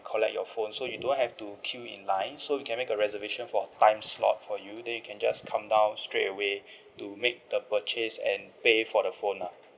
collect your phone so you don't have to queue in line so you can make a reservation for time slot for you then you can just come down straightaway to make the purchase and pay for the phone lah